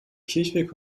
kirchweg